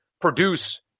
produce